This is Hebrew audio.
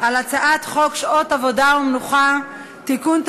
על הצעת חוק שעות עבודה ומנוחה (תיקון,